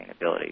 sustainability